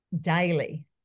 daily